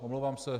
Omlouvám se.